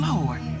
Lord